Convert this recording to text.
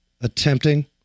attempting